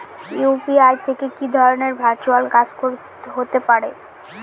UPI থেকে কি ধরণের ভার্চুয়াল কাজ হতে পারে?